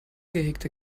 gehegter